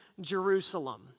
Jerusalem